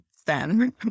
stand